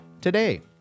today